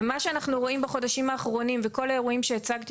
ומה שאנחנו רואים בחודשים האחרונים וכל האירועים שהצגתי